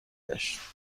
گشت